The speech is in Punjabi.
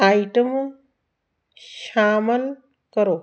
ਆਈਟਮ ਸ਼ਾਮਲ ਕਰੋ